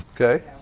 Okay